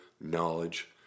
knowledge